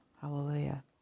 hallelujah